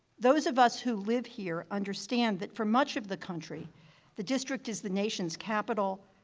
those of us who live here understand that for much of the country the district is the nation's capital,